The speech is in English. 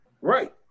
Right